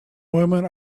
women